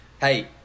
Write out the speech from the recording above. hey